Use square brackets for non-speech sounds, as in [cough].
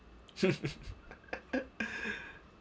[laughs]